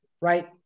right